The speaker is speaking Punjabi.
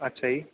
ਅੱਛਾ ਜੀ